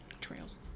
Trails